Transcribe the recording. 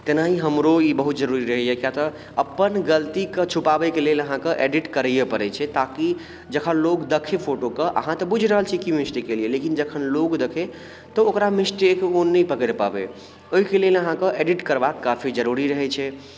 तेनाहि हमरो ई बहुत जरूरी रहैया किएक तऽ अपन गलती कऽ छुपाबैके लेल अहाँकेँ एडिट करैये पड़ैत छै ताकि जखन लोग देखै फोटो कऽ अहाँ तऽ बुझि रहल छी कि मिस्टेक केलियै लेकिन जखन लोग देखै तऽ ओकरा मिस्टेक ओ नहि पकड़ि पाबै ओहिके लेल अहाँकेँ एडिट करबाक काफी जरूरी रहैत छै